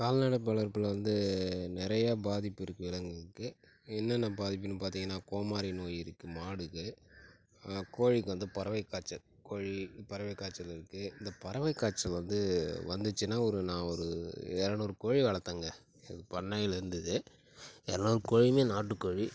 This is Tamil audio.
கால்நடை வளர்ப்பில் வந்து நிறைய பாதிப்பு இருக்குது விலங்குக்கு என்னென்ன பாதிப்புனு பார்த்திங்கன்னா கோமாரி நோய் இருக்குது மாடுக்கு கோழிக்கு வந்து பறவை காய்ச்சல் கோழி பறவை காய்ச்சல் இருக்குது இந்த பறவை காய்ச்சல் வந்து வந்துச்சின்னா ஒரு நா ஒரு இரநூறு கோழி வளர்த்தேங்க இது பண்ணையில இருந்தது இரநூறு கோழியுமே நாட்டுக்கோழி